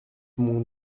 mon